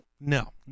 No